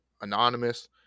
anonymous